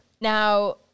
Now